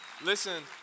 Listen